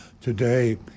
Today